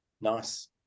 nice